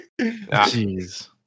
jeez